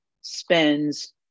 spends